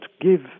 give